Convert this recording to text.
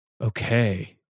Okay